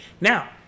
Now